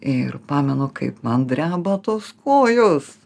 ir pamenu kaip man dreba tos kojos